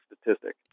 statistic